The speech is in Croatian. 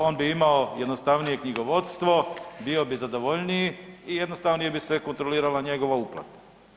On bi imao jednostavnije knjigovodstvo, bio bi zadovoljniji i jednostavnije bi se kontrolirala njegova uplata.